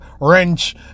wrench